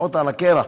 הבטחות על הקרח.